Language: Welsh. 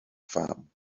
pham